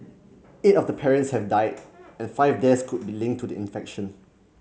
eight of the patients have died and five deaths could be linked to the infection